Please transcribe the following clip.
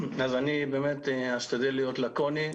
אז אני באמת אשתדל להיות לקוני.